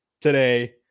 today